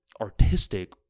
artistic